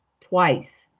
twice